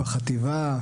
בחטיבה,